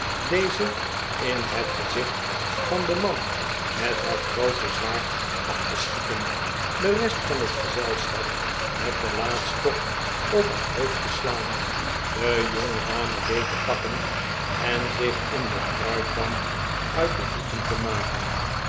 deze in het gezicht van den man met het groote zwaard af te schieten de rest van het gezelschap met den laadstok op het hoofd te slaan de jongedame beet te pakken en zich in den kruitdamp uit de voeten te maken